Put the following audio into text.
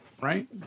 Right